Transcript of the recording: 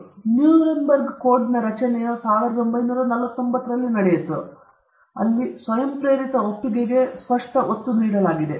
ಆದ್ದರಿಂದ ನ್ಯೂರೆಂಬರ್ಗ್ನ ಕೋಡ್ನ ರಚನೆಯು 1949 ರಲ್ಲಿ ನಡೆಯಿತು ಅಲ್ಲಿ ಸ್ವಯಂಪ್ರೇರಿತ ಒಪ್ಪಿಗೆಗೆ ಸ್ಪಷ್ಟ ಒತ್ತು ನೀಡಲಾಗಿದೆ